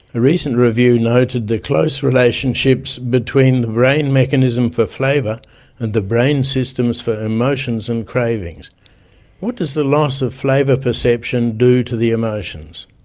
a recent review noted the close relationships between the brain mechanisms for flavour and the brain systems for emotions and cravings what does the loss of flavour perception do to the emotions?